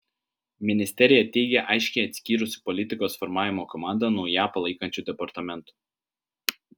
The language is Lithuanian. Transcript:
ministerija teigia aiškiai atskyrusi politikos formavimo komandą nuo ją palaikančių departamentų